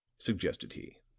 suggested he.